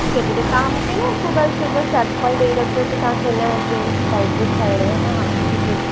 ठीकु आहे ठीक आहे तव्हां मूंखे न हिकु बार सजो सैम्पल ॾई रखिजो की तव्हां हिनजी टाइप जो ठाहिणी आहे हा जी